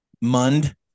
Mund